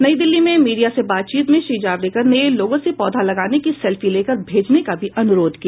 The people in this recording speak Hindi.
नई दिल्ली में मीडिया से बातचीत में श्री जावड़ेकर ने लोगों से पौधा लगाने की सेल्फी लेकर भेजने का भी अनुरोध किया